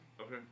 Okay